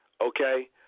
okay